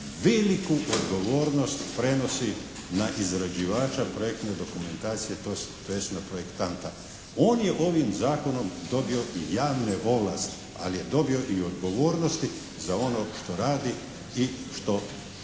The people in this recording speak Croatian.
veliku odgovornost prenosi na izrađivača projektne dokumentacije tj. na projektanta. On je ovim zakonom dobio javne ovlasti ali je dobio i odgovornosti za ono što radi i što